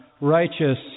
righteous